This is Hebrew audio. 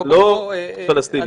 לא פלסטינים.